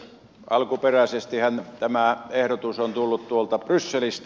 alkuperäisestihän tämä ehdotus on tullut brysselistä